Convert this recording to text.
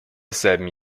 desselben